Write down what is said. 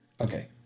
Okay